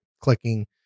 clicking